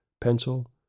pencil